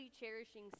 cherishing